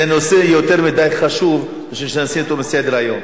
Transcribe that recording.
זה נושא יותר מדי חשוב בשביל שנסיר אותו מסדר-היום.